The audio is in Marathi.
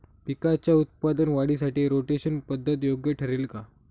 पिकाच्या उत्पादन वाढीसाठी रोटेशन पद्धत योग्य ठरेल का?